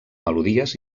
melodies